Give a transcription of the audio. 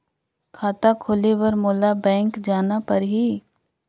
खाता खोले बर मोला बैंक जाना परही?